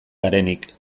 garenik